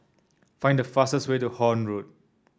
find the fastest way to Horne Road